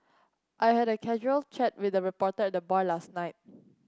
I had a casual chat with a reporter at the bar last night